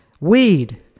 weed